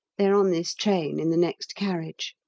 they are on this train in the next carriage.